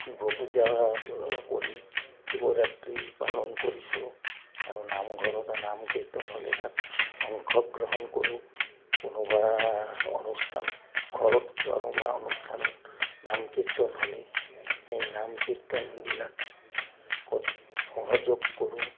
শিৱ পূজা কৰি শিৱৰাত্ৰি পালন কৰিছোঁ আৰু নামঘৰতো নাম কীৰ্তন হ'লে তাত অংশগ্ৰহণ কৰোঁ কোনোবা অনুষ্ঠান ঘৰত কোনোবা অনুষ্ঠানত নাম কীৰ্তন হ'লে সেই নাম কীৰ্তনবিলাকত সহযোগ কৰোঁ